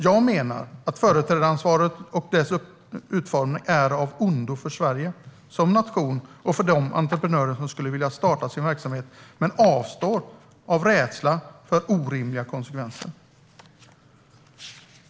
Jag menar att företrädaransvaret och dess utformning är av ondo för Sverige som nation och för de entreprenörer som skulle vilja starta en verksamhet men avstår av rädsla för orimliga konsekvenser.